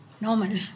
normal